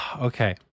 Okay